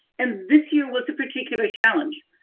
and this year was a particular challenge.